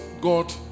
God